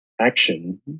action